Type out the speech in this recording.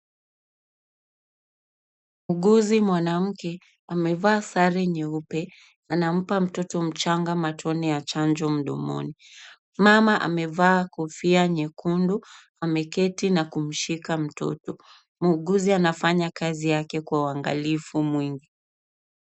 Muuguzi mwanamke amevaa sare nyeupe. Anampa mtoto mchanga matone ya chanjo mdomoni. Mama amevaa kofia nyekundu ameketi na kumshika mtoto. Mhuguzi anafanya kazi yake kwa uangalifu mwingi.